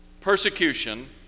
persecution